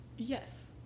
Yes